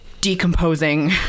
decomposing